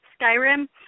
Skyrim